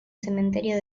cementerio